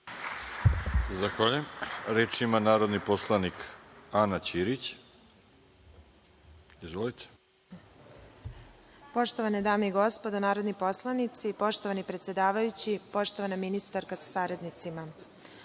Zahvaljujem. Reč ima narodni poslanik Ana Ćirić. Izvolite. **Ana Karadžić** Poštovane dame i gospodo narodni poslanici, poštovani predsedavajući, poštovana ministarka sa saradnicima,